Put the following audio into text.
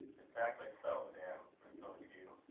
exactly so, madam, rejoined hugh.